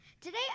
Today